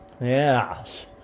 Yes